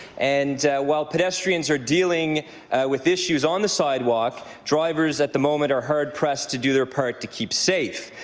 and while pedestrians are dealing with issues on the sidewalk, drivers at the moment are hard-pressed to do their part to keep safe.